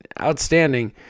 outstanding